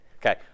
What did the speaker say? okay